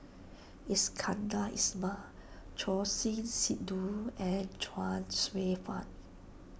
Iskandar Ismail Choor Singh Sidhu and Chuang Hsueh Fang